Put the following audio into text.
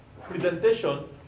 presentation